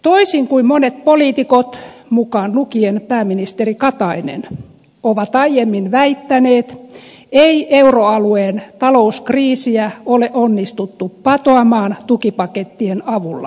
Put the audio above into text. toisin kuin monet poliitikot mukaan lukien pääministeri katainen ovat aiemmin väittäneet ei euroalueen talouskriisiä ole onnistuttu patoamaan tukipakettien avulla